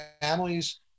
families